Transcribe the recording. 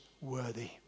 worthy